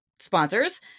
sponsors